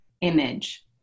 image